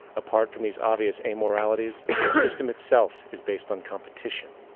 apart from these obvious amoralities, the system itself is based on competition,